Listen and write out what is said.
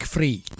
Free